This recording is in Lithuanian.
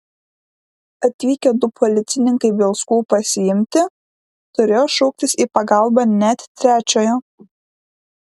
atvykę du policininkai bielskų pasiimti turėjo šauktis į pagalbą net trečiojo